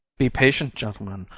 be patient, gentlemen.